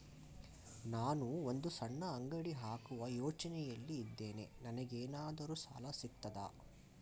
ನಾನು ಒಂದು ಸಣ್ಣ ಅಂಗಡಿ ಹಾಕುವ ಯೋಚನೆಯಲ್ಲಿ ಇದ್ದೇನೆ, ನನಗೇನಾದರೂ ಸಾಲ ಸಿಗ್ತದಾ?